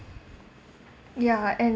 ya and